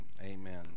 Amen